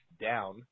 down